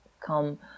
come